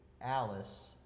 Alice